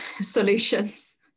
solutions